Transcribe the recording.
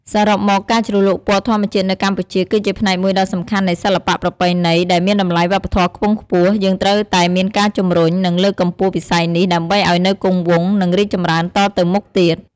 សរុបមក ការជ្រលក់ពណ៌ធម្មជាតិនៅកម្ពុជា គឺជាផ្នែកមួយដ៏សំខាន់នៃសិល្បៈប្រពៃណី ដែលមានតម្លៃវប្បធម៌ខ្ពង់ខ្ពស់ យើងត្រូវតែមានការជំរុញ និងលើកកម្ពស់វិស័យនេះ ដើម្បីឲ្យនៅគង់វង្ស និងរីកចម្រើនតទៅមុខទៀត។